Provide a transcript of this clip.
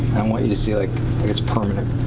want you to see like it's permanent.